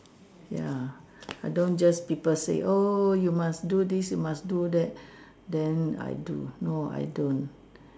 ya I don't just people say oh you must do this you must do that then I do no I don't